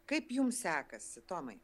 kaip jums sekasi tomai